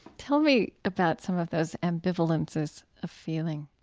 tell me about some of those ambivalences of feeling